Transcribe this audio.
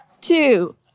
two